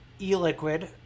e-liquid